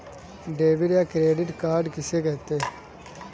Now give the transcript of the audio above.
Debit या credit card किसे कहते हैं?